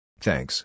Thanks